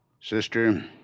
Sister